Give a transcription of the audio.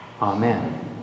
Amen